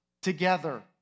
together